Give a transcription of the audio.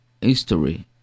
history